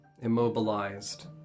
immobilized